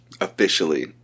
officially